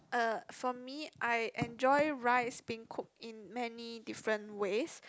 uh for me I enjoy rice being cooked in many different ways